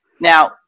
Now